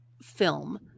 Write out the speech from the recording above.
film